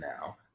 now